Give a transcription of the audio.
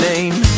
name